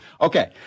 Okay